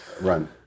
run